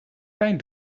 pijn